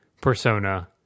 persona